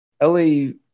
Ellie